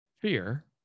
fear